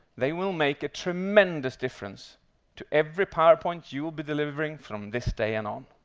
they will make a tremendous difference to every powerpoint you'll be delivering from this day and on.